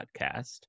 podcast